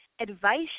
advice